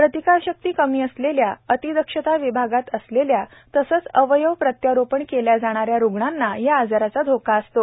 प्रतिकारशक्ती कमी असलेल्या अतिदक्षता विभागात असलेल्या तसेच अवयव प्रत्यारोपण केल्या जाणाऱ्या रुग्णांना या आजाराचा धोका असतो